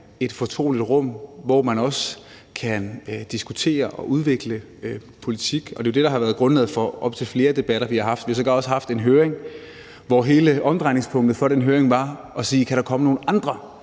et fortroligt rum, hvor man også kan diskutere og udvikle politik, og det er jo det, der har været grundlaget for op til flere debatter, vi har haft. Vi har sågar også haft en høring, hvor hele omdrejningspunktet for den høring var at sige: Kan der komme nogle andre,